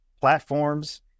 platforms